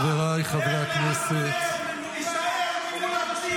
חבריי חברי הכנסת.